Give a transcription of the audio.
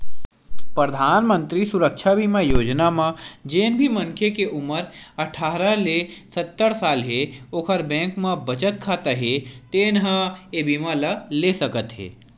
परधानमंतरी सुरक्छा बीमा योजना म जेन भी मनखे के उमर अठारह ले सत्तर साल हे ओखर बैंक म बचत खाता हे तेन ह ए बीमा ल ले सकत हे